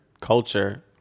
culture